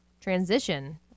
transition